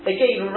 Again